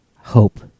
hope